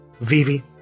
Vivi